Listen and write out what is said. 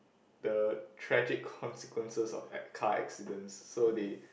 the tragic consequences of act car accidents so they